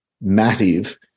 massive